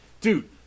dude